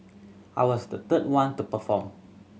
I was the third one to perform